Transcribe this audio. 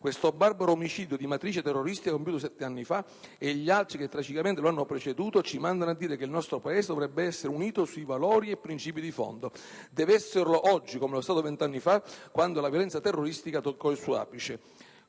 Questo barbaro omicidio di matrice terrorista compiuto sette anni fa, e gli altri che tragicamente lo hanno preceduto, ci mandano a dire che il nostro Paese dovrebbe essere unito sui valori e i princìpi di fondo. Deve esserlo oggi come lo è stato vent'anni fa quando la violenza terroristica toccò il suo apice.